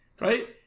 Right